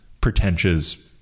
pretentious